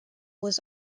was